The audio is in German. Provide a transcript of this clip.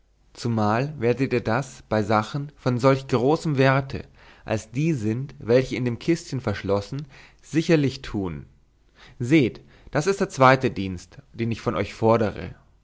zumal werdet ihr das bei sachen von solch großem werte als die sind welche in dem kistchen verschlossen sicherlich tun seht das ist der zweite dienst den ich von euch fordere